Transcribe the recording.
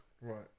Right